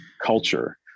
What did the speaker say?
culture